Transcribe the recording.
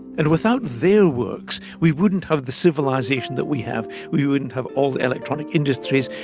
and without their works we wouldn't have the civilisation that we have, we wouldn't have all the electronic industries,